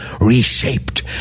reshaped